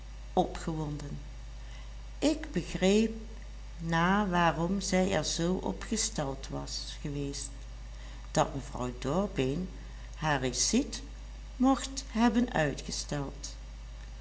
opgewonden ik begreep na waarom zij er zoo op gesteld was geweest dat mevrouw dorbeen haar reciet mocht hebben uitgesteld